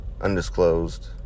undisclosed